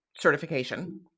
certification